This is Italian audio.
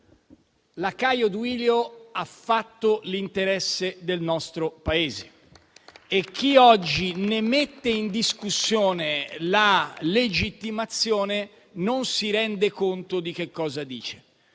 la Caio Duilio ha fatto l'interesse del nostro Paese e chi oggi ne mette in discussione la legittimazione non si rende conto di cosa dice.